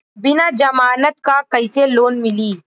बिना जमानत क कइसे लोन मिली?